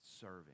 serving